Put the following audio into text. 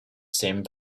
same